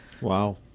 Wow